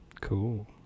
Cool